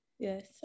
Yes